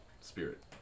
spirit